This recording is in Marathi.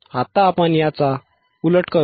आता आपण याच्या उलट करू